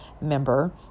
member